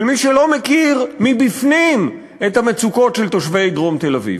מי שלא מכיר מבפנים את המצוקות של תושבי דרום תל-אביב.